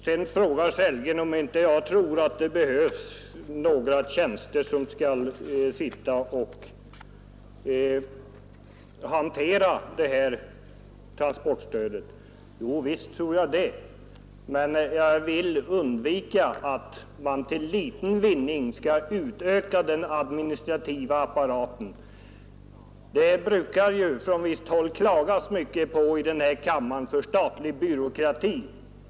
Sedan frågar herr Sellgren om jag inte tror att det behövs några tjänstemän som skall sitta och hantera det här transportstödet. Jo, visst tror jag det, men jag vill undvika att man till liten vinning skall utöka den administrativa apparaten. Det brukar i den här kammaren från visst håll klagas mycket på statlig byråkrati.